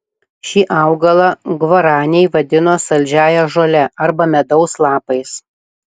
šį augalą gvaraniai vadino saldžiąja žole arba medaus lapais